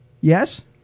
Yes